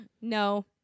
No